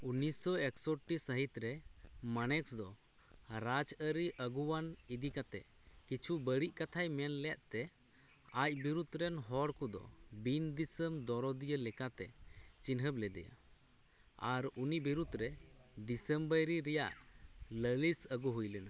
ᱩᱱᱤᱥᱥᱚ ᱮᱠᱥᱳᱴᱴᱤ ᱥᱟᱹᱦᱤᱛᱨᱮ ᱢᱟᱱᱮᱠᱥ ᱫᱚ ᱨᱟᱡᱽ ᱟᱹᱨᱤ ᱟᱹᱜᱩᱣᱟᱹᱱ ᱤᱫᱤ ᱠᱟᱛᱮᱫ ᱠᱤᱪᱷᱩ ᱵᱟᱹᱲᱤᱡ ᱠᱟᱛᱷᱟᱭ ᱢᱮᱱ ᱞᱮᱫᱛᱮ ᱟᱡ ᱵᱤᱨᱩᱫᱷ ᱨᱮᱱ ᱦᱚᱲ ᱠᱚᱫᱚ ᱵᱤᱱ ᱫᱤᱥᱚᱢ ᱫᱚᱨᱚᱫᱤᱭᱟᱹ ᱞᱮᱠᱟᱛᱮ ᱪᱤᱱᱦᱟᱹᱯ ᱞᱮᱫᱮᱭᱟ ᱟᱨ ᱩᱱᱤ ᱵᱤᱨᱩᱫᱷ ᱨᱮ ᱫᱤᱥᱚᱢ ᱵᱟᱹᱭᱨᱤ ᱨᱮᱱᱟᱜ ᱞᱟᱹᱞᱤᱥ ᱟᱹᱜᱩ ᱦᱩᱭ ᱞᱮᱱᱟ